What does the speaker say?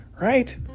right